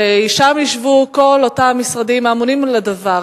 ושם ישבו מכל אותם משרדים האמונים על הדבר.